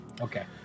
Okay